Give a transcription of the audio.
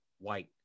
white